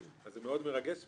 אז זה מאוד מרגש,